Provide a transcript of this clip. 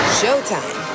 showtime